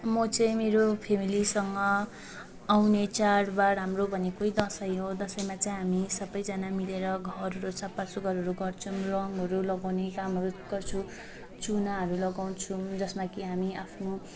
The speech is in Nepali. म चाहिँ मेरो फ्यामिलीसँग आउने चाडबाड हाम्रो भनेकै दसैँ हो दसैँमा चाहिँ हामी सबैजना मिलेर घरहरू सफा सुग्घरहरू गर्छौँ रङहरू लगाउने कामहरू गर्छु चुनाहरू लगाउँछौँ जसमा कि हामी आफ्नो